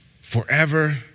forever